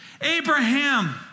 Abraham